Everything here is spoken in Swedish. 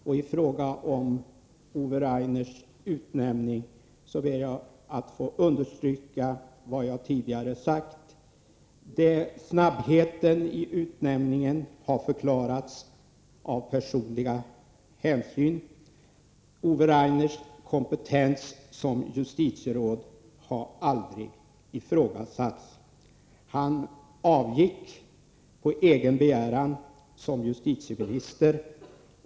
Beträffande Ove Rainers utnämning vill jag understryka vad jag tidigare har sagt. Snabbheten i utnämningen har förklarats av personliga hänsyn. Ove Rainers kompetens som justitieråd har aldrig ifrågasatts. Han avgick på egen begäran som justitieminister.